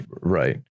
Right